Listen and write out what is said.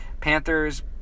Panthers